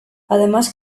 además